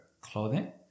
clothing